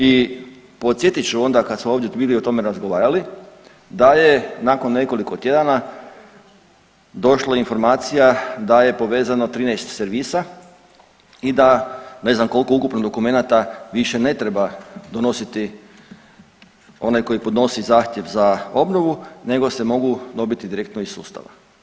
I podsjetit ću onda kad smo bili ovdje o tome razgovarali da je nakon nekoliko tjedana došla informacija da je povezano 13 servisa i da ne znam koliko ukupno dokumenata više ne treba donositi onaj koji podnosi zahtjev za obnovu nego se mogu dobiti direktno iz sustava.